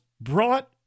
brought